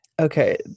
Okay